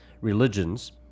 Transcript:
religions